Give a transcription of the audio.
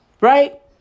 Right